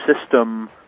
system